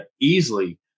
easily